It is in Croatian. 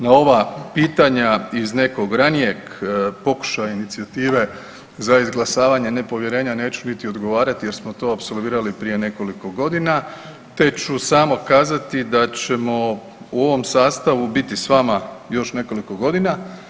Na ova pitanja iz nekog ranijeg pokušaja inicijative za izglasavanje nepovjerenja neću niti odgovarati, jer smo to apsolvirali prije nekoliko godina te ću samo kazati da ćemo u ovom sastavu biti s vama još nekoliko godina.